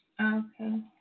Okay